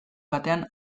batean